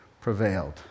prevailed